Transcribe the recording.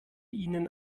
ihnen